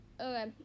Okay